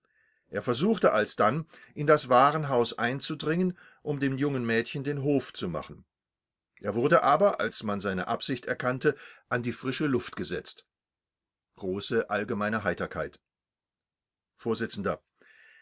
er versuchte alsdann in das warenhaus einzudringen um dem jungen mädchen den hof zu machen er wurde aber als man seine absicht erkannte an die frische luft gesetzt